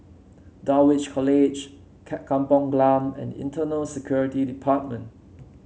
Dulwich College Kampung Glam and Internal Security Department